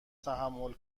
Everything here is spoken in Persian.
تحمل